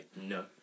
No